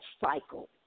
cycle